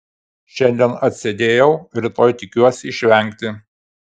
šiandien atsėdėjau rytoj tikiuosi išvengti